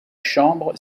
chambre